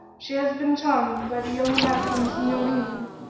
she has been charmed by the young american signorini,